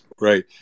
Right